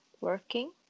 working